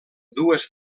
dues